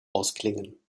ausklingen